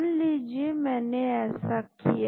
मान लीजिए मैंने ऐसा किया